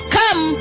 come